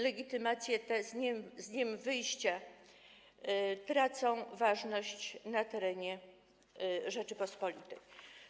Legitymacje te z dniem wyjścia tracą ważność na terenie Rzeczypospolitej.